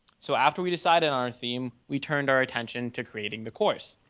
so after we decided on our theme, we turned our attention to creating the course.